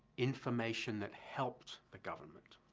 information that helps the government.